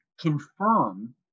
confirm